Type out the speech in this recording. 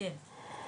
כן.